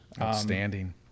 Outstanding